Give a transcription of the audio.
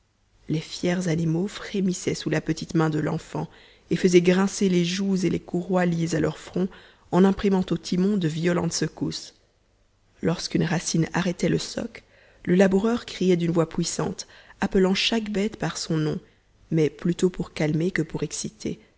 les fiers animaux frémissaient sous la petite main de l'enfant et faisaient grincer les jougs et les courroies liés à leur front en imprimant au timon de violentes secousses lorsqu'une racine arrêtait le soc le laboureur criait d'une voix puissante appelant chaque bête par son nom mais plutôt pour calmer que pour exciter